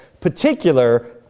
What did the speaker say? particular